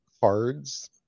cards